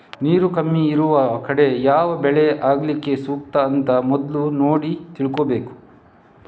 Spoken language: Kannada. ನೀರು ಕಮ್ಮಿ ಇರುವ ಕಡೆ ಯಾವ ಬೆಳೆ ಅಲ್ಲಿಗೆ ಸೂಕ್ತ ಅಂತ ಮೊದ್ಲು ನೋಡಿ ತಿಳ್ಕೋಬೇಕು